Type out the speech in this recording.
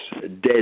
dead